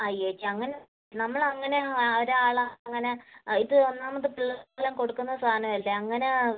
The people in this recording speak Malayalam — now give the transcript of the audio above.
അയ്യേ ചേച്ചി അങ്ങനെ നമ്മൾ അങ്ങനെ ഒരാളെ അങ്ങനെ ആ ഇത് ഒന്നാമത് പിള്ളേർക്കെല്ലാം കൊടുക്കുന്ന സാധനമല്ലേ അങ്ങനെ